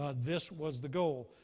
ah this was the goal.